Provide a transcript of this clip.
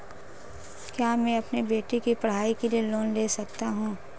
क्या मैं अपने बेटे की पढ़ाई के लिए लोंन ले सकता हूं?